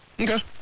Okay